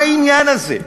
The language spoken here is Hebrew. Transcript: מה העניין הזה?